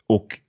Och